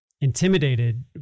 intimidated